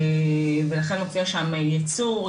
ולכן הופיעו שם המילים ייצור,